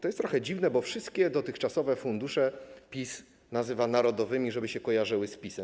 To jest trochę dziwne, bo wszystkie dotychczasowe fundusze PiS nazywa narodowymi, żeby się kojarzyły z PiS.